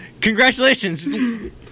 Congratulations